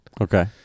Okay